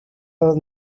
los